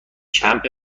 کمپ